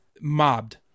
Mobbed